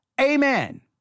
Amen